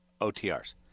OTRs